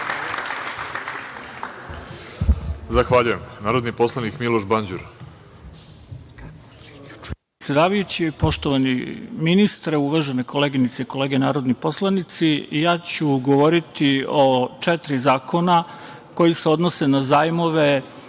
Zahvaljujem. Narodni poslanik Miloš Banđur